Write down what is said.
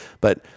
But-